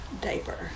diaper